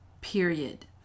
period